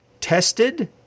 tested